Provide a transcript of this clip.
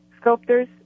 sculptors